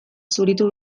zuritu